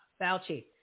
Fauci